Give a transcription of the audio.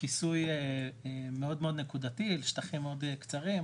כיסוי מאוד נקודתי בשטחים מאוד קצרים,